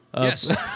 Yes